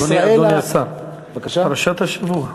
אדוני השר, פרשת השבוע,